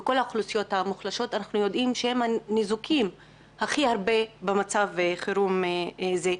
אנחנו יודעים שאלו הניזוקים הגדולים ביותר במצב חירום זה.